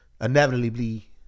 inevitably